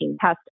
test